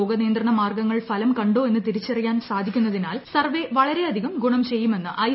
രോഗനിയന്ത്രണ മാർഗ്ഗങ്ങൾ ഫലം കണ്ടോ എന്ന് തിരിച്ചുറിയാൻ സാധിക്കുന്നതിനാൽ സർവ്വെ വളരെയധികം ഗുണം ചെയ്യുമെന്ന് ഐ